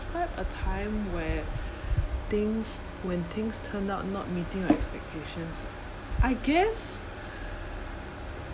describe a time where things when things turned out not meeting my expectations I guess